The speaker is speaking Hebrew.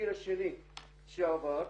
9.2 שעבר,